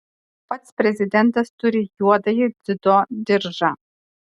pats prezidentas turi juodąjį dziudo diržą